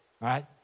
right